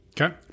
okay